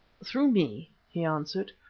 through me, he answered.